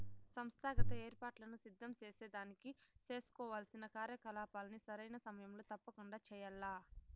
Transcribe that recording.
సంస్థాగత ఏర్పాట్లను సిద్ధం సేసేదానికి సేసుకోవాల్సిన కార్యకలాపాల్ని సరైన సమయంలో తప్పకండా చెయ్యాల్ల